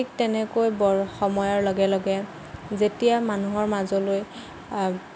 ঠিক তেনেকৈ বৰ সময়ৰ লগে লগে যেতিয়া মানুহৰ মাজলৈ